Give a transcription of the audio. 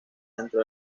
dentro